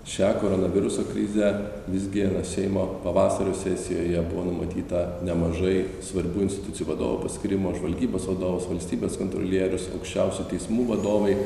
šią koronaviruso krizę visgi na seimo pavasario sesijoje buvo numatyta nemažai svarbių institucijų vadovų paskyrimų žvalgybos vadovas valstybės kontrolierius aukščiausio teismų vadovai